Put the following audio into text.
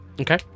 Okay